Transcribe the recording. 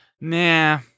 Nah